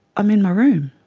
i'm in my room.